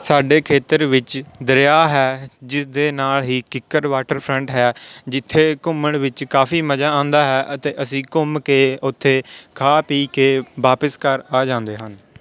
ਸਾਡੇ ਖੇਤਰ ਵਿੱਚ ਦਰਿਆ ਹੈ ਜਿਸਦੇ ਨਾਲ਼ ਹੀ ਕਿੱਕਰ ਵਾਟਰ ਫਰੰਟ ਹੈ ਜਿੱਥੇ ਘੁੰਮਣ ਵਿੱਚ ਕਾਫੀ ਮਜ਼ਾ ਆਉਂਦਾ ਹੈ ਅਤੇ ਅਸੀਂ ਘੁੰਮ ਕੇ ਉੱਥੇ ਖਾ ਪੀ ਕੇ ਵਾਪਿਸ ਘਰ ਆ ਜਾਂਦੇ ਹਨ